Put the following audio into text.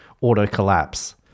auto-collapse